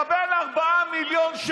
שר הרווחה אם